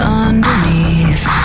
underneath